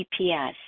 GPS